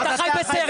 גם אתה חי בסרט.